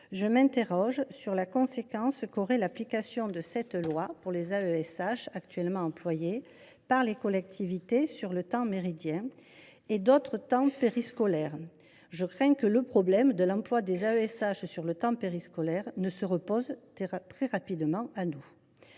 d’ailleurs, sur les conséquences qu’aurait l’application de cette loi pour les AESH qui sont actuellement employés par les collectivités sur le temps méridien et d’autres temps périscolaires. Je crains que le problème de l’emploi des AESH sur le temps périscolaire ne se repose très rapidement.